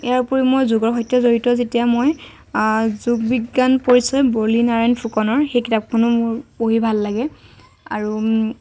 ইয়াৰোপৰিও মই যোগৰ সৈতে জড়িত যেতিয়া মই যোগবিজ্ঞান পৰিচয় বলিনাৰায়ণ ফুকনৰ সেই কিতাপখনো মোৰ পঢ়ি ভাল লাগে আৰু